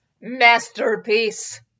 masterpiece